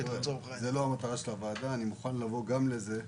זו לא מטרת הוועדה, אני מוכן לבוא גם לנושא הזה.